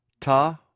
Ta